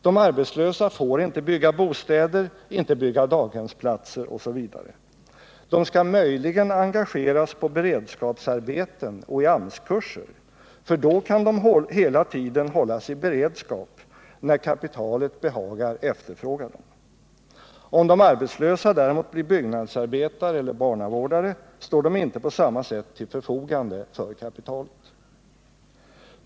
De arbetslösa får inte bygga bostäder, inte bygga daghemsplatser osv. De skall möjligen engageras på beredskapsarbeten och i AMS-kurser, för då kan de hela tiden hållas i beredskap när kapitalet behagar efterfråga dem. Om de arbetslösa däremot blir byggnadsarbetare eller barnvårdare står de inte på samma sätt till förfogande för kapitalet.